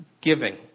giving